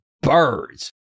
birds